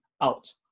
out